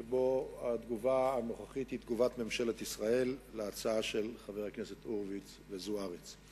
שהיא תגובה נוכחית של ממשלת ישראל להצעה של חברי הכנסת הורוביץ וזוארץ,